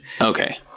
Okay